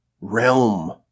realm